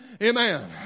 Amen